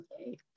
Okay